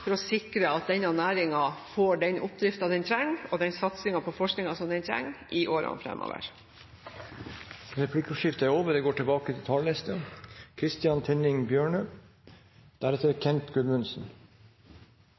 for å sikre at denne næringen får den oppdriften den trenger, og den satsingen på forskning den trenger, i årene fremover. Replikkordskiftet er dermed omme. Noen har vært rimelig høye og mørke og kastet en dom over